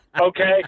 Okay